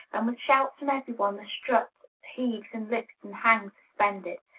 and with shouts from every one, the strut heaves and lifts and hangs suspended.